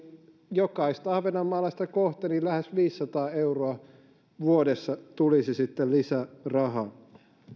jokaista ahvenanmaalaista kohti lähes viisisataa euroa vuodessa tulisi sitten lisärahaa